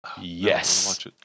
Yes